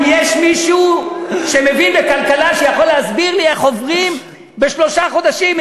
אם יש מישהו שמבין בכלכלה שיכול להסביר לי איך עוברים בשלושה חודשים,